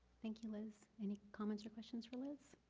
thank you, liz. any comments or question for liz?